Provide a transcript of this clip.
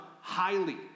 highly